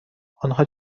آنها